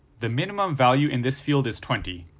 the minimum value in this field is twenty,